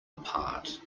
apart